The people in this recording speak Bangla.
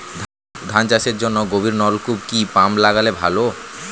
ধান চাষের জন্য গভিরনলকুপ কি পাম্প লাগালে ভালো?